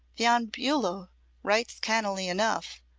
von bulow writes cannily enough,